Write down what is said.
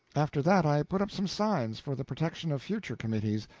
after that i put up some signs, for the protection of future committees,